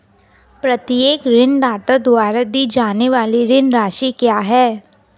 प्रत्येक ऋणदाता द्वारा दी जाने वाली ऋण राशि क्या है?